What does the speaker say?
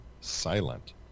silent